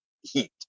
heat